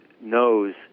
knows